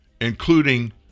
including